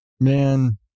man